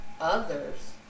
others